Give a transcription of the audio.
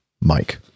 Mike